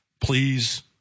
please